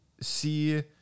see